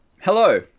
Hello